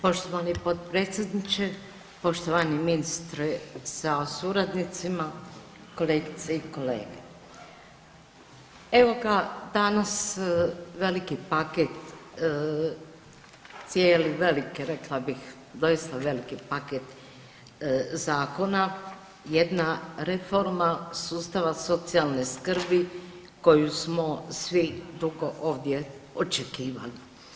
Poštovani potpredsjedniče, poštovani ministre sa suradnicima, kolegice i kolege, evo ga danas veliki paket cijeli velike rekla bih doista veliki paket zakona jedna reforma sustava socijalne skrbi koju smo svi dugo ovdje očekivali.